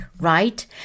right